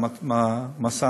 המשטרה